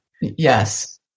Yes